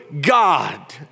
God